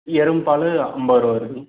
எருமை பாலு ஐம்பரூவா வருதுங்க